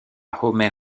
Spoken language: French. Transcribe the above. homer